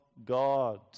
God